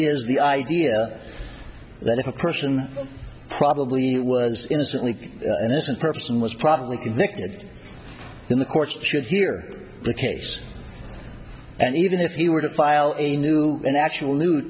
is the idea that if a person probably was innocently innocent person was probably convicted in the courts should hear the case and even if he were to file a new an actual new